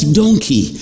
donkey